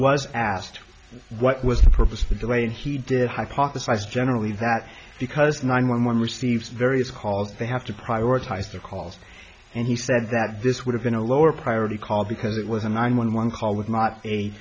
was asked what was the purpose of the delay and he did hypothesize generally that because nine one one receives various calls they have to prioritize their calls and he said that this would have been a lower priority call because it was a nine one one call with not a